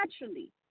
naturally